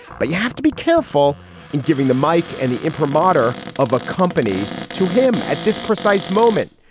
but you have to be careful in giving the mike and the imprimatur of a company to him at this precise moment,